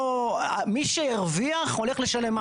מי שהרוויח, הולך לשלם מס.